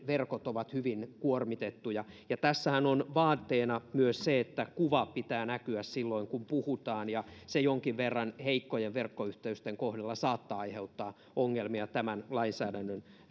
verkot ovat hyvin kuormitettuja tässähän on vaateena myös se että kuvan pitää näkyä silloin kun puhutaan ja se jonkin verran heikkojen verkkoyhteyksien kohdalla saattaa aiheuttaa ongelmia tämän lainsäädännön